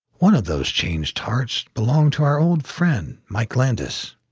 one of those changed hearts, belonged to our old friend mike landis.